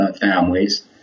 families